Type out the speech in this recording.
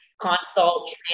consult